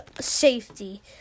safety